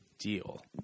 deal